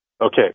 Okay